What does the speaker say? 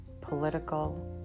political